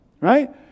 right